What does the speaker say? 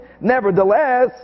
Nevertheless